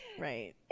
Right